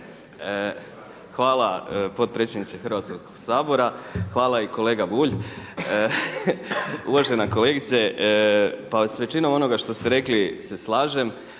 Hvala potpredsjedniče Hrvatskog sabora. Hvala i kolega Bulj. Uvažena kolegice pa s većinom onoga što ste rekli se slažem.